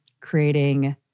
creating